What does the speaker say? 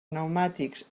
pneumàtics